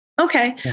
Okay